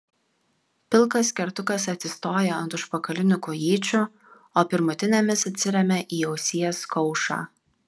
pilkas kertukas atsistoja ant užpakalinių kojyčių o pirmutinėmis atsiremia į ausies kaušą